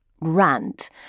rant